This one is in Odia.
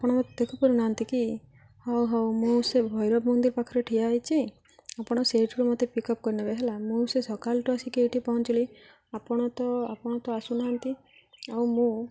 ଆପଣ ମୋତେ ଦେଖିପାରୁନାହାନ୍ତି କି ହଉ ହଉ ମୁଁ ସେ ଭୈରଭନ୍ଦି ପାଖରେ ଠିଆ ହେଇଚି ଆପଣ ସେଇଠାରୁ ମୋତେ ପିକ୍ ଅପ୍ କରିନେବେ ହେଲା ମୁଁ ସେ ସକାଳଠୁ ଆସିକି ଏଇଠି ପହଞ୍ଚିଲି ଆପଣ ତ ଆପଣ ତ ଆସୁନାହାନ୍ତି ଆଉ ମୁଁ